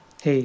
Hey